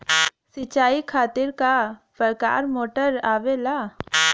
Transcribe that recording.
सिचाई खातीर क प्रकार मोटर आवेला?